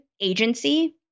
agency